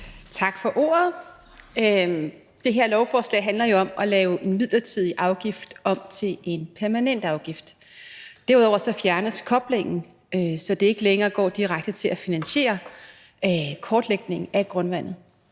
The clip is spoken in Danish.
Tak for ordet. Det her lovforslag handler jo om at lave en midlertidig afgift om til en permanent afgift. Derudover fjernes koblingen, så det ikke længere går direkte til at finansiere kortlægningen af grundvandet.